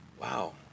wow